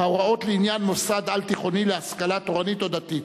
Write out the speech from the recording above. הוראות לעניין מוסד על-תיכוני להשכלה תורנית או דתית),